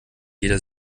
jeder